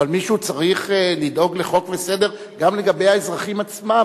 אבל מישהו צריך לדאוג לחוק וסדר גם לגבי האזרחים עצמם.